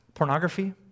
Pornography